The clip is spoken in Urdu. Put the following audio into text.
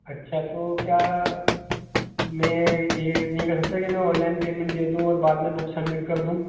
اچھا تو کیا میں یہ نہیں کر ستا کہ میں آن لائن پیمنٹ دے دوں اور بعد میں بک سبمٹ کر دوں